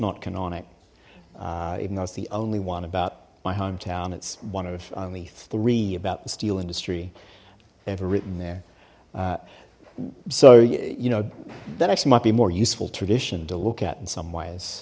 not canonic even though it's the only one about my hometown it's one of only three about the steel industry ever written there so you know that actually might be more useful tradition to look at in some